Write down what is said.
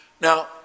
Now